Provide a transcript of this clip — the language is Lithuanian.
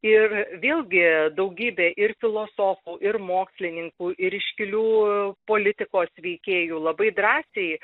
ir vėlgi daugybė ir filosofų ir mokslininkų ir iškilių politikos veikėjų labai drąsiai